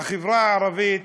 בחברה הערבית,